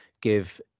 give